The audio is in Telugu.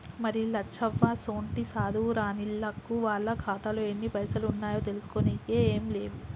మరి లచ్చవ్వసోంటి సాధువు రానిల్లకు వాళ్ల ఖాతాలో ఎన్ని పైసలు ఉన్నాయో చూసుకోనికే ఏం లేవు